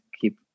keep